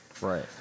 Right